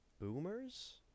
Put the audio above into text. Boomers